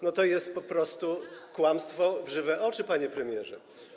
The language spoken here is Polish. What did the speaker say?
No to jest po prostu kłamstwo w żywe oczy, panie premierze.